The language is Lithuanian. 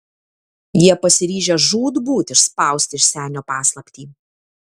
jie pasiryžę žūtbūt išspausti iš senio paslaptį